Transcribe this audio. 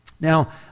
Now